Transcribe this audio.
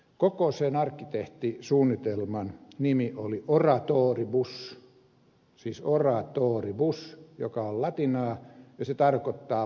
sen arkkitehtisuunnitelman nimi oli oratoribus joka on latinaa ja tarkoittaa puhujille